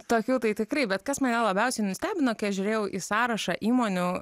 tokių tai tikrai bet kas mane labiausiai nustebino kai aš žiūrėjau į sąrašą įmonių